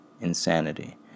insanity